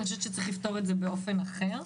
ואני חושבת שצריך לפתור את זה באופן אחר.